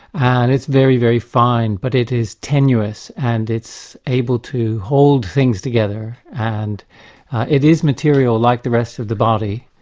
and it's very, very fine, but it is tenuous and able to hold things together and it is material like the rest of the body.